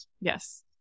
yes